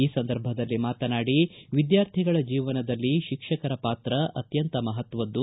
ಈಸಂದರ್ಭದಲ್ಲಿ ಮಾತನಾಡಿ ವಿದ್ಯಾರ್ಥಿಗಳ ಜೀವನದಲ್ಲಿ ಶಿಕ್ಷಕರ ಪಾತ್ರ ಅತ್ಯಂತ ಮಹತ್ವದ್ದು